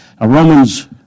Romans